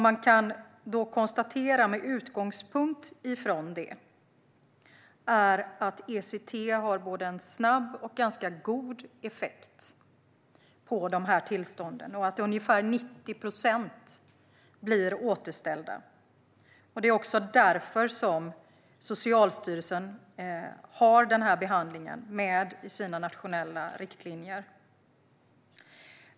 Man kan med utgångspunkt i detta konstatera att ECT har både snabb och ganska god effekt på dessa tillstånd. Ungefär 90 procent blir återställda. Det är också därför som Socialstyrelsen har denna behandling med i sina nationella riktlinjer.